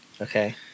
Okay